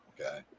Okay